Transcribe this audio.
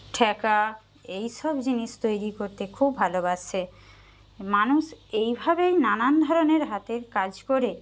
ঠ্যাকা এইসব জিনিস তৈরি করতে খুব ভালোবাসে মানুষ এইভাবেই নানান ধরনের হাতের কাজ করে